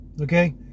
Okay